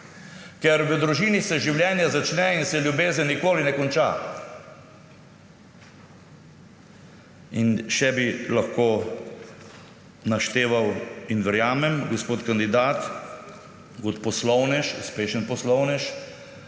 Ker v družini se življenje začne in se ljubezen nikoli ne konča. In še bi lahko našteval. Verjamem, gospod kandidat, da kot uspešen poslovnež